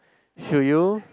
should you